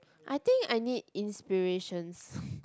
I think I need inspirations